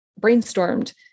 brainstormed